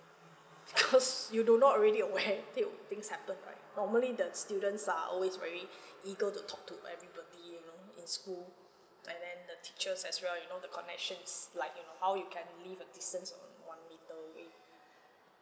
cause you do not really aware th~ things happen right normally the students are always very eager to talk to everybody you know in school and then the teachers as well you know the connections like you know how you can leave a distance on one metre